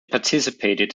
participated